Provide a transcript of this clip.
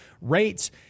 rates –